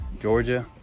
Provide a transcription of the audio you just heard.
Georgia